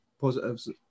positives